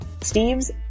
Steve's